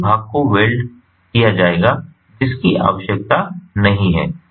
तो अधिक भाग को वेल्डेड किया जाएगा जिसकी आवश्यकता नहीं है